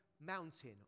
mountain